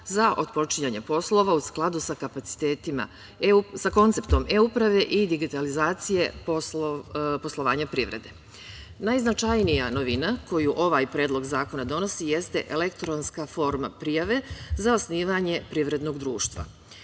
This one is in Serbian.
za otpočinjanje poslova u skladu sa konceptom e-uprave i digitalizacije poslovanja privrede. Najznačajnija novina koju ovaj Predlog zakona donosi jeste elektronska forma prijave za osnivanje privrednog društva. Uvođenje